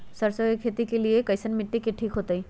सरसों के खेती के लेल कईसन मिट्टी ठीक हो ताई?